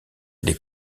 les